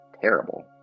terrible